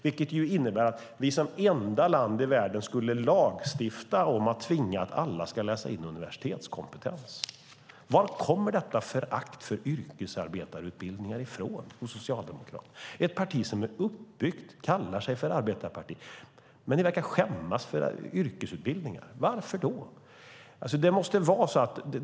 Det innebär att vi som enda land i världen skulle lagstifta om att tvinga alla att läsa in universitetskompetens. Vad kommer detta förakt för yrkesarbetarutbildningar ifrån hos Socialdemokraterna? Det är ett parti som är uppbyggt som och kallar sig för arbetarparti, men ni verkar skämmas för yrkesutbildningar. Varför då?